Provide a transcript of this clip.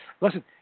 Listen